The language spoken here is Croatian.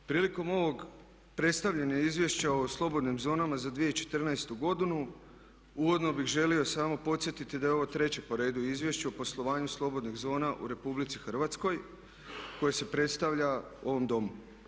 Prilikom ovog predstavljanja Izvješća o slobodnim zonama za 2014.godinu uvodno bih želio samo podsjetiti da je ovo treće po redu izvješće o poslovanju slobodnih zona u RH koje se predstavlja u ovom Domu.